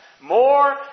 more